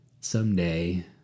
Someday